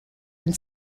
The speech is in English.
and